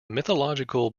mythological